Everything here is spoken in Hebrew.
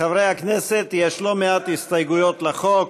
חברי הכנסת, יש לא מעט הסתייגויות לחוק.